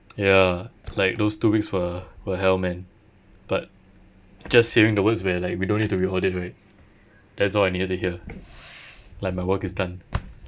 ya like those two weeks were were hell man but just hearing the words where like we don't need to re-audit right that's all I needed to hear like my work is done